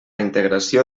integració